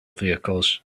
vehicles